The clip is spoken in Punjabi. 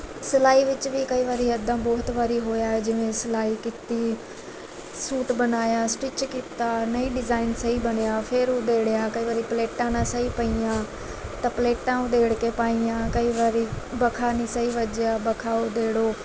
ਸਿਲਾਈ ਵਿੱਚ ਵੀ ਕਈ ਵਾਰੀ ਇੱਦਾਂ ਬਹੁਤ ਵਾਰੀ ਹੋਇਆ ਹੈ ਜਿਵੇਂ ਸਿਲਾਈ ਕੀਤੀ ਸੂਟ ਬਣਾਇਆ ਸਟਿਚ ਕੀਤਾ ਨਹੀਂ ਡਿਜ਼ਾਇਨ ਸਹੀ ਬਣਿਆ ਫਿਰ ਉਧੇੜਿਆ ਕਈ ਵਾਰੀ ਪਲੇਟਾਂ ਨਾ ਸਹੀ ਪਈਆਂ ਤਾਂ ਪਲੇਟਾਂ ਉਧੇੜ ਕੇ ਪਾਈਆਂ ਕਈ ਵਾਰੀ ਬਖਾ ਨਹੀਂ ਸਹੀ ਵੱਜਿਆ ਬਖਾ ਉਧੇੜੋ